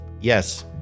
yes